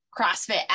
CrossFit